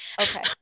Okay